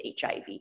HIV